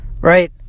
right